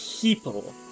people